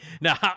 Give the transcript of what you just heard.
now